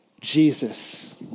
Jesus